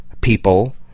people